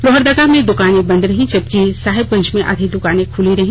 लोहरदगा में द्वकानें बंद रहीं जबकि साहिबगंज में आधी दुकाने ँखुली रहीं